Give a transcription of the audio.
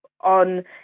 on